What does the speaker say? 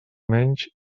menys